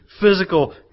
physical